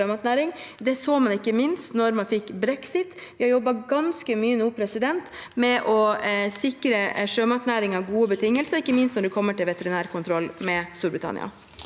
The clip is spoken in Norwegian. Det så man ikke minst da man fikk brexit. Vi har jobbet ganske mye nå med å sikre sjømatnæringen gode betingelser, ikke minst når det gjelder veterinærkontroll med Storbritannia.